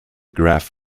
graph